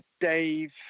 dave